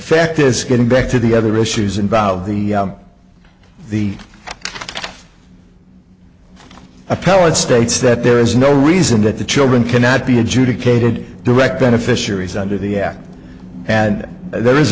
fact is getting back to the other issues involved the the appellate states that there is no reason that the children cannot be adjudicated direct beneficiaries under the act and there is